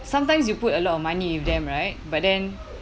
sometimes you put a lot of money with them right but then